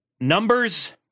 numbers